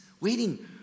waiting